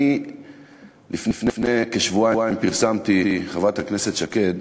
לפני כשבועיים פרסמתי, חברת הכנסת שקד,